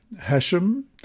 Hashem